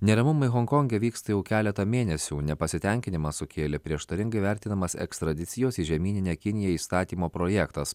neramumai honkonge vyksta jau keletą mėnesių nepasitenkinimą sukėlė prieštaringai vertinamas ekstradicijos į žemyninę kiniją įstatymo projektas